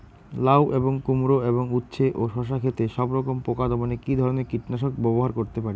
লাউ এবং কুমড়ো এবং উচ্ছে ও শসা ক্ষেতে সবরকম পোকা দমনে কী ধরনের কীটনাশক ব্যবহার করতে পারি?